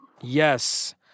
Yes